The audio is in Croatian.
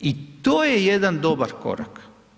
I to je jedan dobar korak.